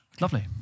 Lovely